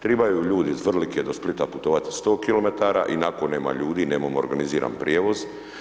Tribaju ljudi iz Vrlike do Splita putovati 100 km, ionako nema ljudi, nemamo organiziran prijevoz.